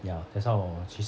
ya that's why 我